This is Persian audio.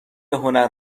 هنر